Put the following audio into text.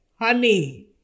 Honey